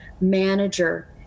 manager